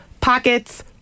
pockets